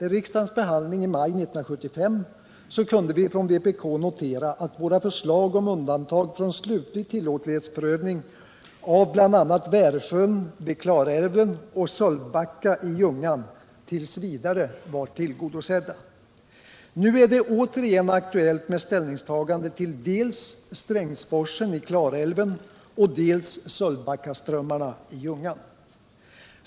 Vid riksdagens behandling i maj 1975 kunde vi från vpk notera att våra förslag om undantag från slutlig tilllåtlighetsprövning av bl.a. Värsjön vid Klarälven och Sölvbacka i Ljungan t. v. var tillgodosedda. Nu är det återigen aktuellt med ställningstagande till dels Strängsforsen i Klarälven, dels Sölvbackaströmmarna i Ljungan.